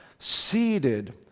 seated